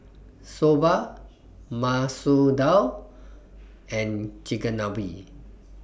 Soba Masoor Dal and Chigenabe